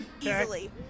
easily